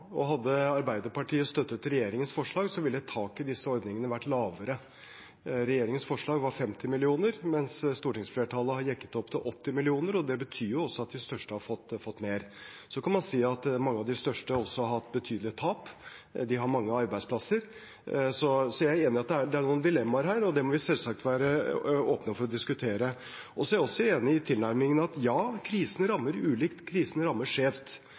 Og hadde Arbeiderpartiet støttet regjeringens forslag, ville taket på disse ordningene vært lavere. Regjeringens forslag var 50 mill. kr, mens stortingsflertallet har jekket det opp til 80 mill. kr, og det betyr jo også at de største har fått mer. Så kan man si at mange av de største også har hatt betydelige tap. De har mange arbeidsplasser. Jeg er enig i at det er noen dilemmaer her, og dem må vi selvsagt være åpne for å diskutere. Jeg er også enig i tilnærmingen at ja, krisen rammer ulikt, krisen rammer skjevt.